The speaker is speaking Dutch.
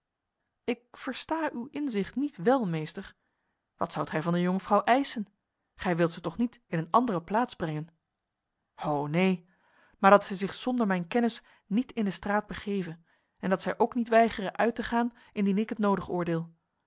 ik versta uw inzicht niet wel meester wat zoudt gij van de jonkvrouw eisen gij wilt ze toch niet in een andere plaats brengen ho neen maar dat zij zich zonder mijn kennis niet in de straat begeve en dat zij ook niet weigere uit te gaan indien ik het nodig oordeel